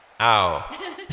ow